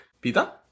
Pita